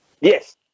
Yes